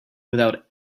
without